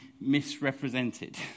misrepresented